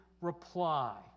reply